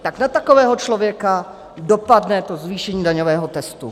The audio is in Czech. Tak na takového člověka dopadne to zvýšení daňového testu.